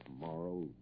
Tomorrow